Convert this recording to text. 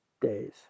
days